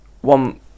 one